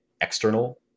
external